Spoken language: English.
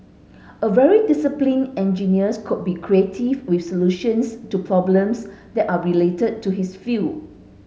a very disciplined engineers could be creative with solutions to problems that are related to his field